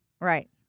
Right